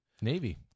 Navy